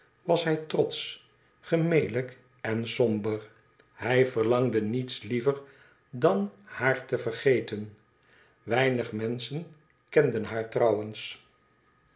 was hij trotsch gemelijk en somber hij verhmgde niets liever dan haar te vergeten weinig menschen kenden haar trouwens